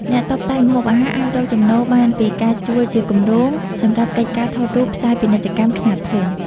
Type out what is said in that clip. អ្នកតុបតែងម្ហូបអាហារអាចរកចំណូលបានពីការជួលជាគម្រោង សម្រាប់កិច្ចការថតរូបផ្សាយពាណិជ្ជកម្មខ្នាតធំ។